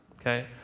okay